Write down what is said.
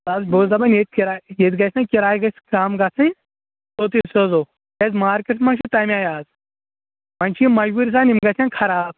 تہٕ حظ بہٕ اوسُس دپان ییٚتہِ کِراے ییٚتہِ گژھِ نہٕ کِراے گژھِ کَم گژھٕنۍ پوٚتٕے سوزو کیٛازِ مارکٮ۪ٹ ما چھُو تَمہِ آیہِ آز وۄنۍ چھِ یہِ مجبوٗری سان یِم گژھٮ۪ن خراب